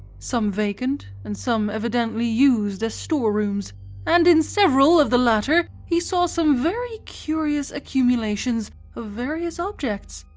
some vacant and some evidently used as storerooms and in several of the latter he saw some very curious accumulations of various objects.